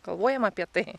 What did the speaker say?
galvojam apie tai